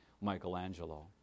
Michelangelo